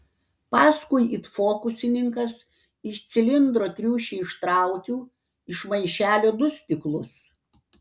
paskui it fokusininkas iš cilindro triušį ištraukiu iš maišelio du stiklus